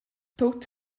tut